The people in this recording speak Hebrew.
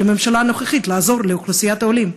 הממשלה הנוכחית לעזור לאוכלוסיית העולים.